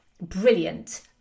brilliant